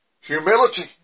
humility